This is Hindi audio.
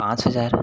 पाँच हजार